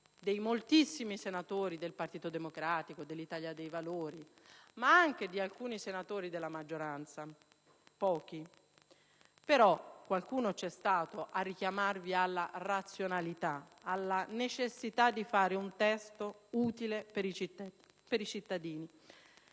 dei moltissimi senatori del Partito Democratico e dell'Italia dei Valori, ma anche di alcuni senatori della maggioranza (pochi, però qualcuno c'è stato), che hanno richiamato tutti alla razionalità e alla necessità di fare un testo utile per i cittadini.